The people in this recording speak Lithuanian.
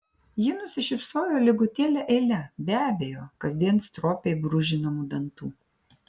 ji nusišypsojo lygutėle eile be abejo kasdien stropiai brūžinamų dantų